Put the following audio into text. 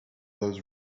those